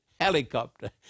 helicopter